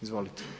Izvolite.